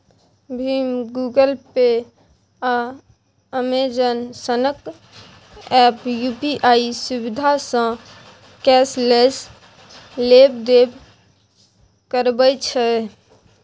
भीम, Google Pay, आ Amazon सनक app UPI सुविधासँ कैशलेस लेब देब करबै छै